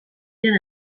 diren